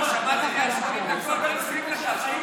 עבר הזמן, החיים שלו.